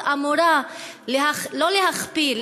הרפורמה הזאת אמורה לא להכפיל,